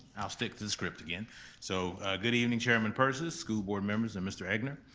i'll stick to the script again so, good evening chairman persis, school board members and mr. egnor.